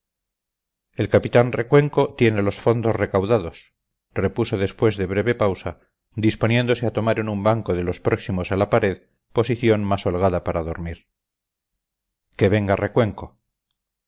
el capitán recuenco tiene los fondos recaudados repuso después de breve pausa disponiéndose a tomar en un banco de los próximos a la pared posición más holgada para dormir que venga recuenco